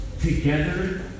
together